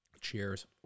Cheers